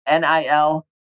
NIL